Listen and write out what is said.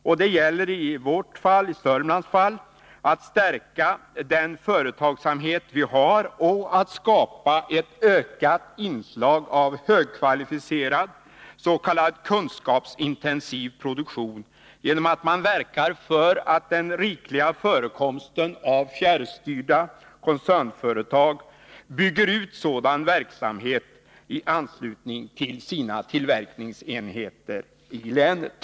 I Sörmlands fall gäller det att stärka den företagsamhet man har och skapa ett ökat inslag av högkvalificerad s.k. kunskapsintensiv produktion, genom att man verkar för att de många fjärrstyrda koncernföretagen bygger ut sådan verksamhet i anslutning till sina tillverkningsenheter i länet.